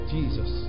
Jesus